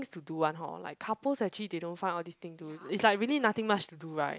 to do one hor like couples actually they don't find all these thing to do is like really nothing much to do right